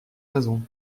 raisons